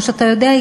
כמו שאתה יודע,